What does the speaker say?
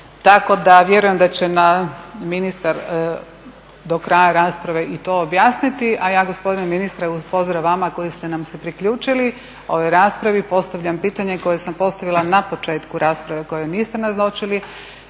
Tako da vjerujem da će nam ministar do kraja rasprave i to objasniti, a ja gospodine ministre uz pozdrav vama koji ste nam se priključili ovoj raspravi postavljam pitanje koje sam postavila na početku rasprave kojoj niste nazočili